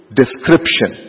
description